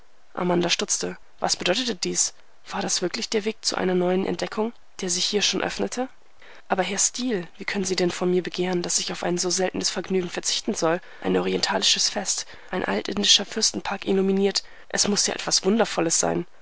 amanda stutzte was bedeutete dies war das wirklich der weg zu einer neuen entdeckung der sich hier schon öffnete aber herr steel wie können sie denn von mir begehren daß ich auf ein so seltenes vergnügen verzichten soll ein orientalisches fest ein altindischer fürstenpark illuminiert es muß ja etwas wundervolles sein